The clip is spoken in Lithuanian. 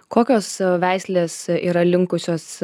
kokios veislės yra linkusios